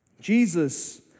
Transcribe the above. Jesus